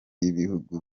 y’ibihugu